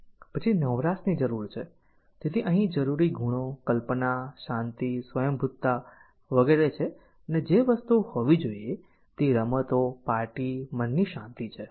પછી નવરાશની જરૂર છે તેથી અહીં જરૂરી ગુણો કલ્પના શાંતિ સ્વયંભૂતા વગેરે છે અને જે વસ્તુઓ હોવી જોઈએ તે રમતો પાર્ટી મનની શાંતિ છે